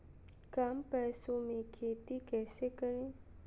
कम पैसों में खेती कैसे करें?